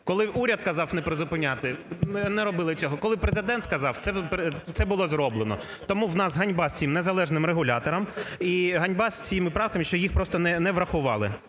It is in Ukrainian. Коли уряд казав не призупиняти – не робили цього. Коли Президент сказав – це було зроблено. Тому в нас ганьба з цим незалежним регулятором і ганьба із цими правками, що їх просто не врахували.